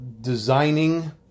designing